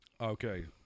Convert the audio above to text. Okay